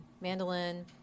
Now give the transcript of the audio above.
mandolin